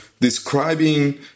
describing